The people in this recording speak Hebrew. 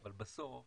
אבל בסוף